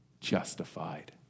justified